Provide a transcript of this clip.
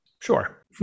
sure